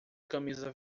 camisa